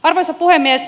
arvoisa puhemies